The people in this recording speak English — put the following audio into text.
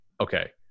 Okay